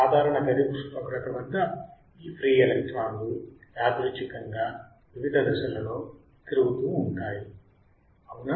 సాధారణ గది ఉష్ణోగ్రత వద్ద ఈ ఫ్రీ ఎలక్ట్రాన్లు యాదృచ్చికంగా వివిధ దశలో తిరుగుతూ ఉంటాయి అవునా